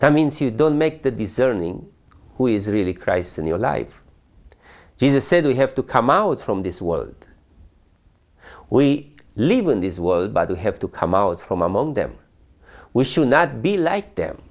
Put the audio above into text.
that means you don't make the discerning who is really christ in your life jesus said we have to come out from this world we live in this world but you have to come out from among them we should not be like them